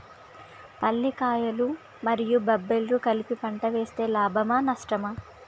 పల్లికాయలు మరియు బబ్బర్లు కలిపి పంట వేస్తే లాభమా? నష్టమా?